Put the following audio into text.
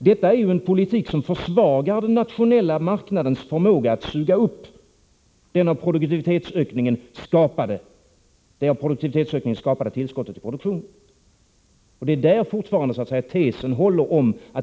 Detta är en politik som försvagar den nationella marknadens förmåga att suga upp det av produktivitetsökningen skapade tillskottet i produktionen. Det är där som tesen fortfarande håller.